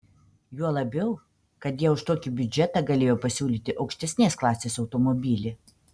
juo labiau kad jie už tokį biudžetą galėjo pasiūlyti aukštesnės klasės automobilį